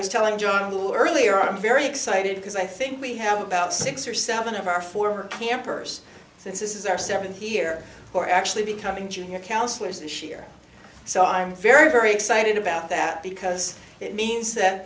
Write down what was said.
was telling john a little earlier i'm very excited because i think we have about six or seven of our former campers this is our seventh here who are actually becoming junior counselors and sheer so i'm very very excited about that because it means that